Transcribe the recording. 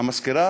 והמזכירה,